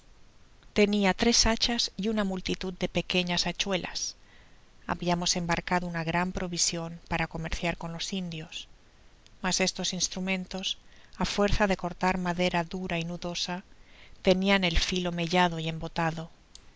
tenia tres hachas y una multitud de pequeñas hachuelas habiamos embarcacado una gran provision para comerciar con los indios mas estos instrumentos á fuerza de cortar madera dura y nudosa tenian el filo mellado y embotado